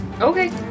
Okay